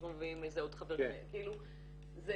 אנחנו מביאים עוד איזה --- הם רואים